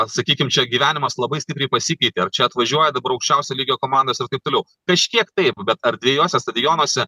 sakykim čia gyvenimas labai stipriai pasikeitė ar čia atvažiuoja dabar aukščiausio lygio komandos ir taip toliau kažkiek taip bet ar dviejuose stadionuose